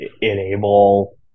enable